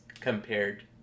compared